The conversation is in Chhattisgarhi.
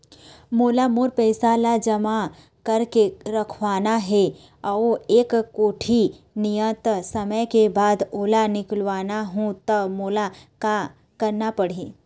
मोला मोर पैसा ला जमा करके रखवाना हे अऊ एक कोठी नियत समय के बाद ओला निकलवा हु ता मोला का करना पड़ही?